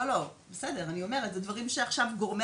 אלו דברים שכבר מזמן יצאו מפה.